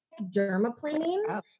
dermaplaning